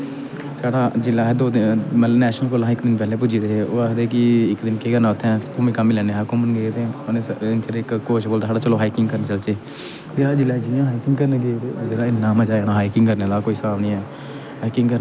साढ़ा जिसलै दो दिन नेशनल कोला पैह्लें पुज्जी गेदे हे आखदे कि केह् करना उत्थै घुम्मी लैनेआं केह् कोच बोलदा चलो हाइकिंग करन चलचे फिर जिसलै अस जियां इ'न्ना मजा आया ना हाइकिंग करने दा कोई साह्ब नीं हाइकिंग करने कन्नै